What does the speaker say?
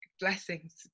blessings